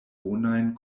bonajn